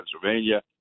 Pennsylvania